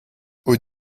aux